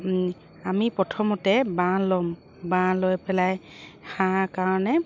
আমি প্ৰথমতে বাঁহ ল'ম বাঁহ লৈ পেলাই হাঁহ কাৰণে